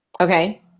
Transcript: Okay